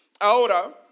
Ahora